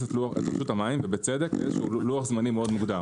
להכניס את רשות המים ובצדק ללוח זמנים מאוד מוגדר.